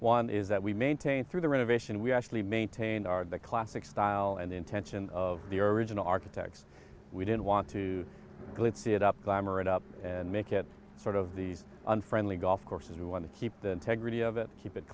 one is that we maintain through the renovation we actually maintain our the classic style and the intention of the original architects we didn't want to glitzy it up glamour it up and make it sort of these unfriendly golf courses we want to keep the integrity of it keep it